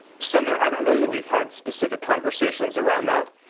senator, i don't know that we've had specific conversations around that.